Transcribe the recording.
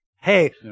hey